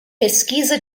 pesquisa